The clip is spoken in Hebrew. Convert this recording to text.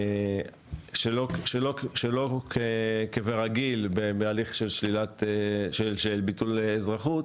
שלא כברגיל, בהליך של ביטול אזרחות,